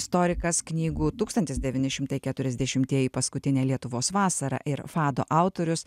istorikas knygų tūkstantis devyni šimtai keturiasdešimtieji paskutinė lietuvos vasara ir fado autorius